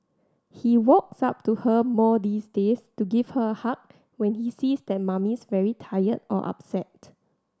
he walks up to her more these days to give her a hug when he sees that Mummy's very tired or upset